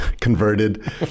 converted